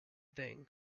thing